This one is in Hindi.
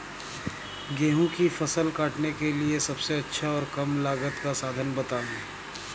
गेहूँ की फसल काटने के लिए सबसे अच्छा और कम लागत का साधन बताएं?